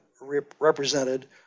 represented